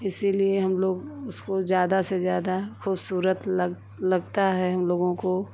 इसीलिए हम लोग उसको ज़्यादा से ज़्यादा ख़ूबसूरत लग लगता है हमलोग को